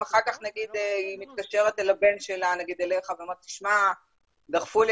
אם האימא מתקשרת אליך ואומרת שדחפו לה